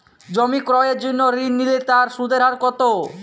জমি ক্রয়ের জন্য ঋণ নিলে তার সুদের হার কতো?